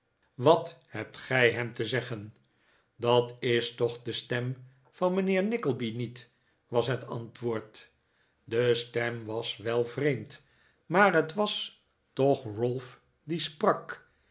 wat hebt gij hem te zeggen dat is toch de stem van mijnheer nickleby niet was het antwoord de stem was wel vreemd maar het was toch ralph die sprak